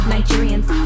Nigerians